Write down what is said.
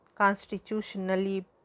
constitutionally